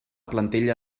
plantilla